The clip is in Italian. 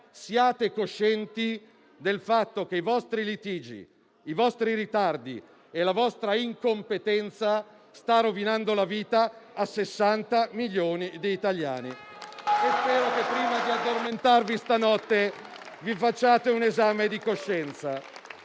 siate coscienti del fatto che i vostri litigi, i vostri ritardi e la vostra incompetenza stanno rovinando la vita a sessanta milioni di italiani. *(Proteste)*. Spero che, prima di addormentarvi stanotte, vi facciate un esame di coscienza,